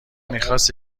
میخواست